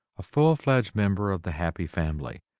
a full-fledged member of the happy family,